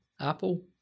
Apple